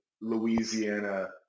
Louisiana